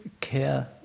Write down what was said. care